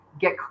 get